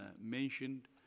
mentioned